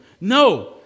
No